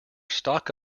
stock